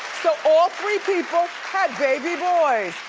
so all three people had baby boys.